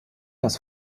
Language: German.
das